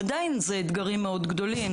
עדיין יש אתגרים מאוד גדולים.